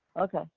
okay